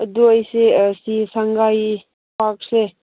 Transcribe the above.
ꯑꯗꯣ ꯑꯩꯁꯦ ꯁꯉꯥꯏ ꯄꯥꯔꯛꯁꯦ